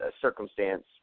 circumstance